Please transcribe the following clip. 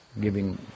giving